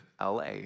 LA